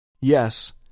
Yes